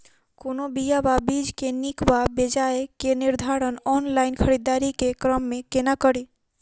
कोनों बीया वा बीज केँ नीक वा बेजाय केँ निर्धारण ऑनलाइन खरीददारी केँ क्रम मे कोना कड़ी?